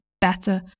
Better